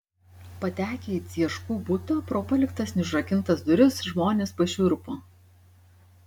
patekę į cieškų butą pro paliktas neužrakintas duris žmonės pašiurpo